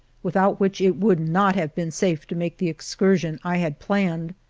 without which it would not have been safe to make the excursion i had planned,